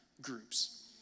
groups